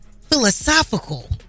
philosophical